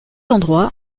endroit